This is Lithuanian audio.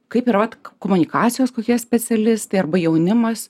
kaip yra vat komunikacijos kokie specialistai arba jaunimas